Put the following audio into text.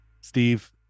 Steve